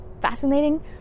fascinating